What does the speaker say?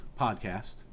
podcast